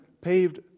paved